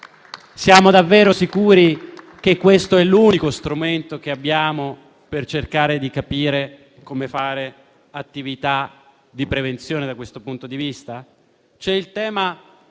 Siamo davvero sicuri che questo sia l'unico strumento che abbiamo per cercare di capire come fare attività di prevenzione, da questo punto di vista?